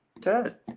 Ted